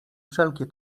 wszelkie